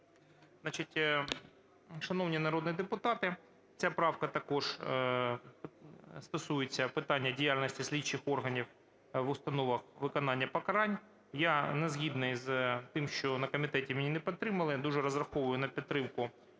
Значить, шановні народні депутати, ця правка також стосується питання діяльності слідчих органів в установах виконання покарань. Я не згідний з тим, що на комітеті мене не підтримали, я дуже розраховую на підтримку